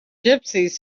gypsies